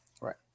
Right